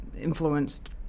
influenced